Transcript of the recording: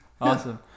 Awesome